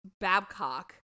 Babcock